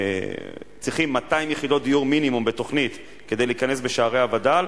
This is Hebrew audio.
צריכים 200 יחידות דיור מינימום בתוכנית כדי להיכנס בשערי הווד"ל,